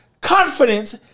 confidence